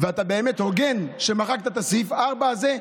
אתה באמת הוגן שמחקת את סעיף 4 הזה,